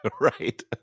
Right